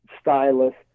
Stylist